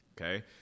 Okay